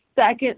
second